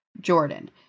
Jordan